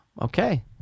Okay